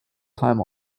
time